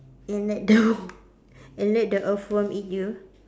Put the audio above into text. and let the and let the earthworm eat you